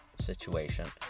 situation